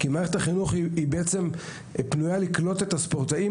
מערכת החינוך פנויה לקלוט את הספורטאים